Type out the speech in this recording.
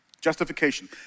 Justification